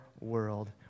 world